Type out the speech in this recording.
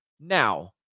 Now